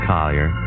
Collier